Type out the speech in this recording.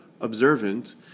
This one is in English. observant